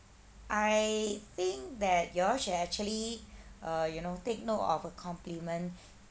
I think that you all should actually uh you know take note of a compliment